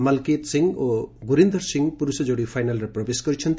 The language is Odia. ମଲ୍କିତ୍ ସିଂ ଓ ଗୁରିନ୍ଦର ସିଂ ପୁରୁଷ ଯୋଡ଼ି ଫାଇନାଲ୍ରେ ପ୍ରବେଶ କରିଛନ୍ତି